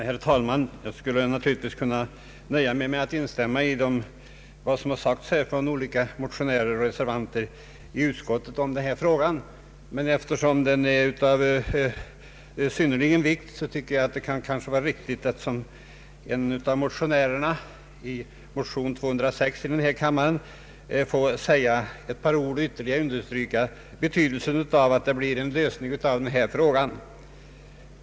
Herr talman! Jag skulle naturligtvis ha kunnat nöja mig med att instämma i vad som sagts här av motionärer och reservanter, men eftersom frågan är av synnerlig vikt, tycker jag att det kan vara riktigt att som en av motionärerna bakom motionen nr 206 i denna kammare säga några ord och ytterligare understryka betydelsen av att denna fråga löses.